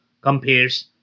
compares